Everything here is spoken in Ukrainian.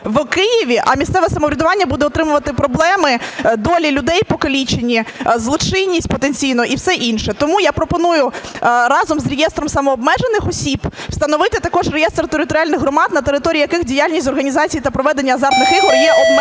в Києві, а місцеве самоврядування буде отримувати проблеми, долі людей покалічені, злочинність потенційну і все інше. Тому я пропоную разом з реєстром самообмежених осіб встановити також реєстр територіальних громад, на території яких діяльність з організації та проведення азартних ігор є обмеженою